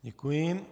Děkuji.